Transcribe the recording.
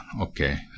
Okay